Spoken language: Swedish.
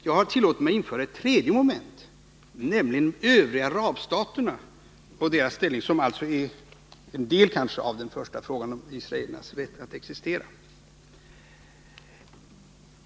Jag har tillåtit mig att införa ett tredje moment, nämligen de övriga arabstaterna och deras ställning, som alltså kanske är en del av den första frågan om israelernas rätt att existera.